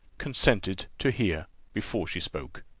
consented to hear before she spoke.